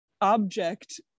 object